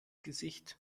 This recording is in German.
gesicht